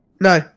No